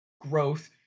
growth